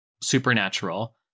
supernatural